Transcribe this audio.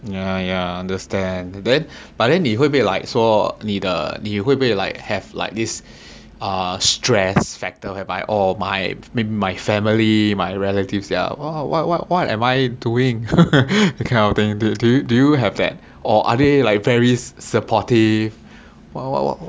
ya ya understand and then but then 你会不会 like 说你的你会不会 like have like this uh stress factor whereby orh my my my family my relatives they're what what what am I doing that kind of thing do you have that or are they like very supportive